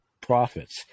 profits